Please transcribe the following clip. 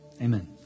Amen